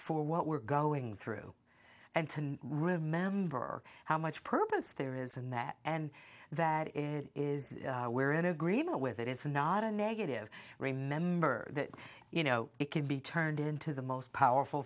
for what we're going through and to remember how much purpose there is in that and that is we're in agreement with it is not a negative remember that you know it can be turned into the most powerful